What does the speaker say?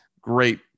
great